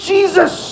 Jesus